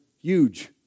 huge